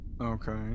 Okay